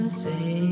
say